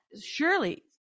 surely